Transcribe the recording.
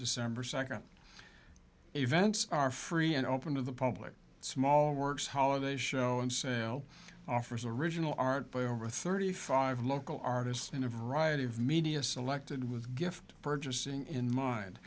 december second events are free and open to the public small works holiday show and sale offers original art by over thirty five local artists in a variety of media selected with gift purchasing in mind